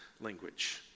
language